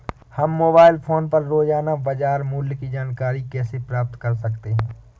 हम mobile phone पर रोजाना बाजार मूल्य की जानकारी कैसे प्राप्त कर सकते हैं?